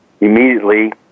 immediately